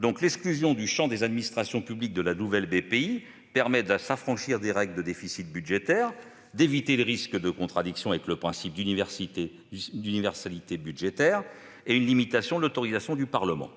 pas. L'exclusion du champ des administrations publiques de la nouvelle BPI permet de s'affranchir des règles de déficit budgétaire, d'éviter le risque de contradiction avec le principe d'universalité budgétaire et de limiter l'autorisation du Parlement.